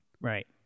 Right